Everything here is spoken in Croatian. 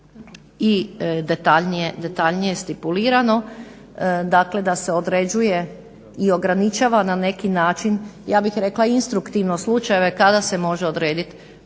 i detaljnije stipulirano, dakle da se određuje i ograničava na neki način ja bih rekla instruktivno slučajeve kada se može odredit